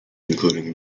including